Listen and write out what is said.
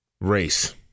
race